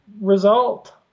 result